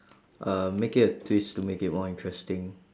uh make it a twist to make it more interesting